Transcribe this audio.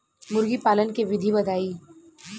मुर्गीपालन के विधी बताई?